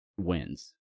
wins